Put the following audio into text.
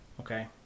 okay